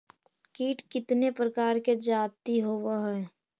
कीट कीतने प्रकार के जाती होबहय?